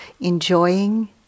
enjoying